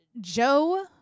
Joe